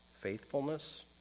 faithfulness